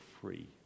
free